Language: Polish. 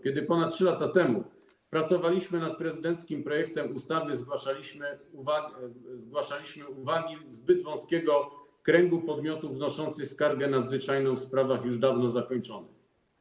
Kiedy ponad 3 lata temu pracowaliśmy nad prezydenckim projektem ustawy, zgłaszaliśmy uwagi co od zbyt wąskiego kręgu podmiotów wnoszących skargę nadzwyczajną w sprawach już dawno zakończonych.